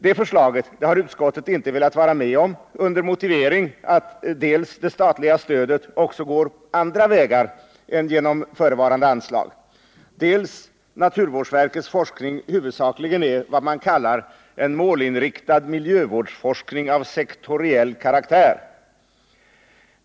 Det förslaget har utskottet inte velat tillstyrka under motivering dels att det statliga stödet också går andra vägar än genom förevarande anslag, dels att naturvårdsverkets forskning huvudsakligen är vad man kallar en målinriktad miljövårdsforskning av sektoriell karaktär.